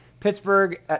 Pittsburgh